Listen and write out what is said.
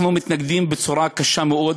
אנחנו מתנגדים בצורה קשה מאוד.